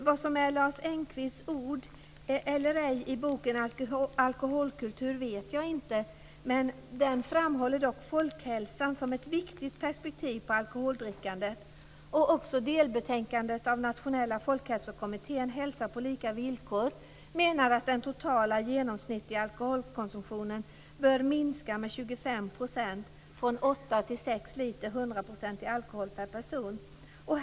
Vad som är Lars Engqvists ord eller ej i boken Alkoholkultur vet jag inte. Där framhålls dock folkhälsan som ett viktigt perspektiv på alkoholdrickandet. I Hälsa på lika villkor menar man också att den totala genomsnittliga alkoholkonsumtionen bör minska med 25 %, från åtta till sex liter 100-procentig alkohol per person.